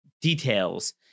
details